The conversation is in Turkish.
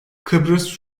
kıbrıs